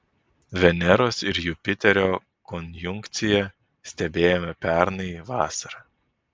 veneros ir jupiterio konjunkciją stebėjome pernai vasarą